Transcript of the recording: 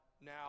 now